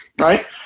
right